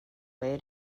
way